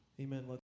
Amen